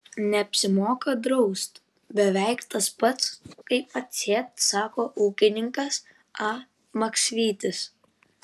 neapsimoka draust beveik tas pats kaip atsėt sako ūkininkas a maksvytis